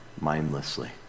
mindlessly